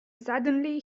suddenly